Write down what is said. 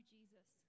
Jesus